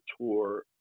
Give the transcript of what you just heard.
tour